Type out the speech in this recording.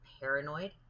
paranoid